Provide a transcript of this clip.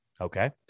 okay